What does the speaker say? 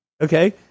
Okay